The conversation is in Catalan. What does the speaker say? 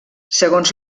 segons